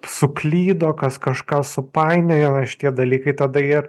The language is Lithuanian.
suklydo kas kažką supainiojo šitie dalykai tada jie